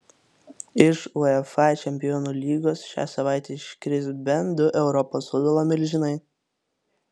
iš uefa čempionų lygos šią savaitę iškris bent du europos futbolo milžinai